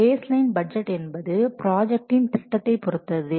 base line budget என்பது பிராஜக்டின் திட்டத்தை பொருத்தது